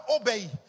Obey